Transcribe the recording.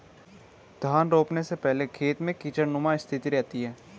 धान रोपने के पहले खेत में कीचड़नुमा स्थिति रहती है